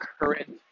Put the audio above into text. current